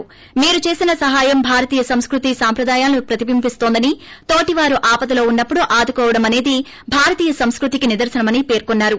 మీరు చేసిన సహాయం భారతీయ సంస్కృతీ సంప్రదాయాలను ప్రతిబింభిస్తుందని తోటివారు ఆపదలో ఉన్నప్పుడు ఆదుకోవడం అనేది భారతీయ సంస్కృతీకి నిదర్శనమని పేర్కొన్సారు